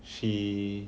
she